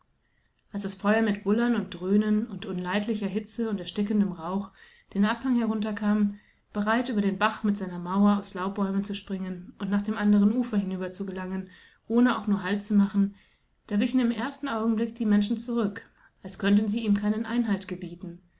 als das feuer mit bullern und dröhnen und unleidlicher hitze und erstickendem rauch den abhang hinunterkam bereit über den bach mit seinermauerauslaubbäumenzuspringenundnachdemandernuferhinüber zu gelangen ohne auch nur haltzumachen da wichen im ersten augenblick die menschen zurück als könnten sie ihm keinen einhalt gebieten